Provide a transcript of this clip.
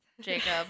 Jacob